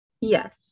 Yes